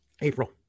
April